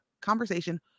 conversation